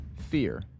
Fear